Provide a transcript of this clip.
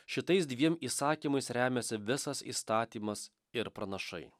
šitais dviem įsakymais remiasi visas įstatymas ir pranašai